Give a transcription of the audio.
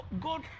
God